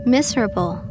Miserable